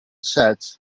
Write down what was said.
sets